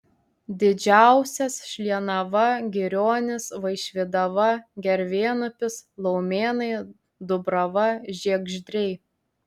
didžiausias šlienava girionys vaišvydava gervėnupis laumėnai dubrava žiegždriai